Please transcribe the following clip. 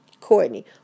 Courtney